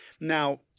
Now-